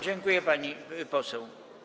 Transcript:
Dziękuję, pani poseł.